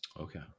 Okay